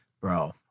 Bro